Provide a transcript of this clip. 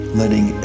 letting